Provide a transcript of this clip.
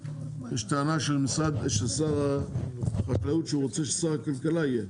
יש טענה של שר החקלאות שהוא רוצה ששר הכלכלה יהיה.